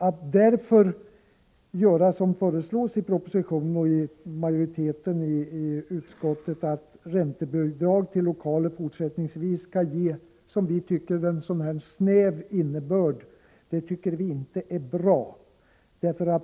Att räntebidrag till lokaler fortsättningsvis skall ges en sådan snäv innebörd som föreslås i propositionen och av majoriteten i utskottet tycker vi inte är bra.